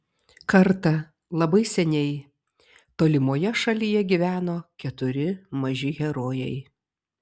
kartą labai seniai tolimoje šalyje gyveno keturi maži herojai